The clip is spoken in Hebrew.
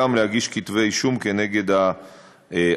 להגיש כתבי אישום נגד האשמים.